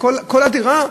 שכל הדירה,